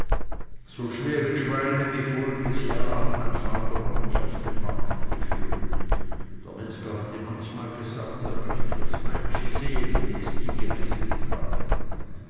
so schwere schweine wie voriges jahr hat mein vater noch nie auf den markt geführt der metzger hat ihm manchmal gesagt er möchte das meitschi sehen welches die gemästet habe